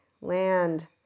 land